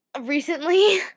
recently